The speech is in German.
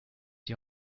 die